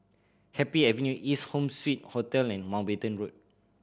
Happy Avenue East Home Suite Hotel and Mountbatten Road